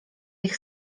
ich